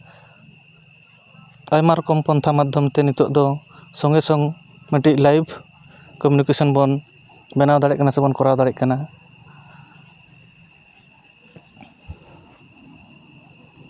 ᱟᱭᱢᱟ ᱨᱚᱠᱚᱢ ᱯᱟᱱᱛᱷᱟ ᱢᱟᱫᱽᱫᱷᱚᱢᱛᱮ ᱱᱤᱛᱳᱜ ᱫᱚ ᱥᱚᱸᱜᱮ ᱥᱚᱝ ᱢᱤᱫᱴᱤᱡ ᱞᱟᱭᱤᱯᱷ ᱠᱚᱢᱤᱱᱤᱠᱮᱥᱚᱱ ᱵᱚᱱ ᱵᱮᱱᱟᱣ ᱫᱟᱲᱮᱜ ᱠᱟᱱᱟ ᱥᱮᱵᱚᱱ ᱠᱚᱨᱟᱣ ᱫᱟᱲᱮᱜ ᱠᱟᱱᱟ